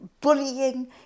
bullying